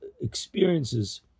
experiences